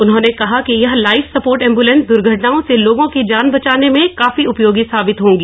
उन्होंने कहा कि यह लाइफ सपोर्ट एंब्लेंस दुर्घटनाओं से लोगों की जान बचाने में काफी उपयोगी साबित होगी